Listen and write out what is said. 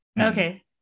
Okay